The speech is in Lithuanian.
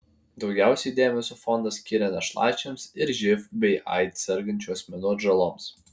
daugiausiai dėmesio fondas skiria našlaičiams ir živ bei aids sergančių asmenų atžaloms